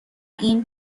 این